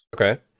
Okay